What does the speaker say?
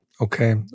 Okay